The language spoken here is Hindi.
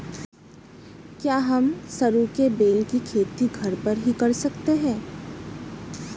क्या हम सरू के बेल की खेती घर पर ही कर सकते हैं?